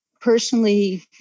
personally